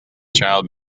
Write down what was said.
child